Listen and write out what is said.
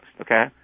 okay